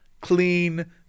clean